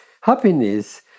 happiness